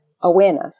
awareness